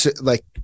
like-